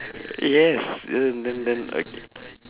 yes then then then then okay